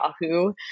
Yahoo